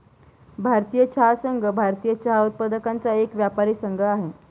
भारतीय चहा संघ, भारतीय चहा उत्पादकांचा एक व्यापारी संघ आहे